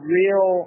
real –